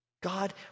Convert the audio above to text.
God